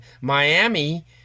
Miami